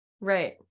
right